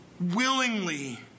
willingly